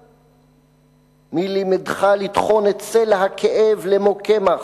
פדויה!?/ מי לימדך לטחון את סלע-הכאב למו קמח?